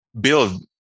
build